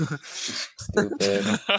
Stupid